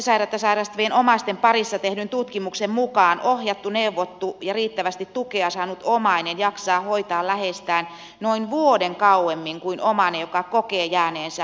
muistisairautta sairastavien henkilöiden omaisten parissa tehdyn tutkimuksen mukaan ohjattu neuvottu ja riittävästi tukea saanut omainen jaksaa hoitaa läheistään noin vuoden kauemmin kuin omainen joka kokee jääneensä hoitotehtävässään yksin